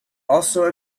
also